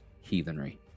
heathenry